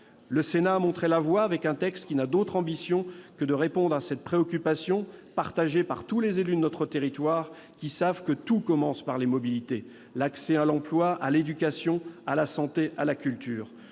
Le Sénat a montré la voie avec un texte qui n'a d'autre ambition que de répondre à cette préoccupation partagée par tous les élus de notre territoire, lesquels savent que tout commence par les mobilités : l'accès à l'emploi, l'éducation, la santé et la culture.